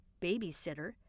babysitter